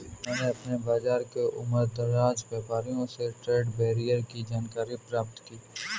मैंने अपने बाज़ार के उमरदराज व्यापारियों से ट्रेड बैरियर की जानकारी प्राप्त की है